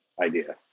idea